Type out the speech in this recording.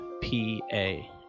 P-A